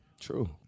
True